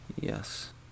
Yes